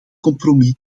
compromis